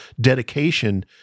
Dedication